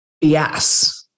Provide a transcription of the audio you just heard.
Yes